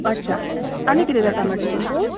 अच्छा आनी किदें जाता मॅडम तुमकां